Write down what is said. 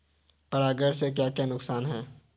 परागण से क्या क्या नुकसान हैं?